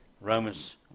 Romans